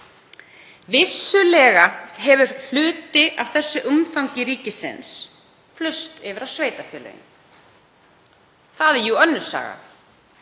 Vissulega hefur hluti af þessu umfangi ríkisins flust yfir á sveitarfélögin. Það er jú önnur saga